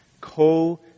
co